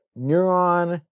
neuron